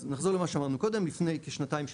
אז נחזור למה שאמרנו קודם, לפני כשנתיים-שלוש